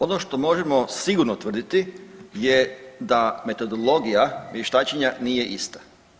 Ono što možemo sigurno tvrditi je da metodologija vještačenja nije ista.